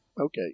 Okay